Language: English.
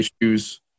issues